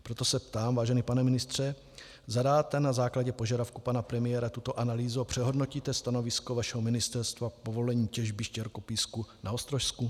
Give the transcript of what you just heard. Proto se ptám, vážený pane ministře: zadáte na základě požadavku pana premiéra tuto analýzu a přehodnotíte stanovisko vašeho ministerstva k povolení těžby štěrkopísku na Ostrožsku?